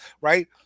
right